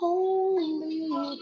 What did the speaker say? Holy